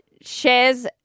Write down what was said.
shares